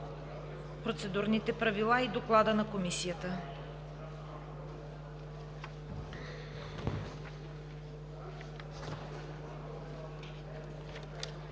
Процедурните правила и Доклада на Комисията.